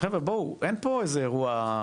חבר'ה בואו, אין פה איזה אירוע.